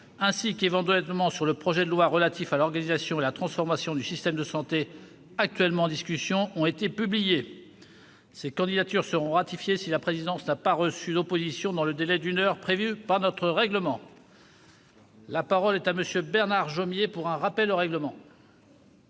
ainsi que, éventuellement, sur le projet de loi relatif à l'organisation et à la transformation du système de santé, actuellement en discussion, ont été publiées. Ces candidatures seront ratifiées si la présidence n'a pas reçu d'opposition dans le délai d'une heure prévu par notre règlement. La parole est à M. Bernard Jomier, pour un rappel au règlement.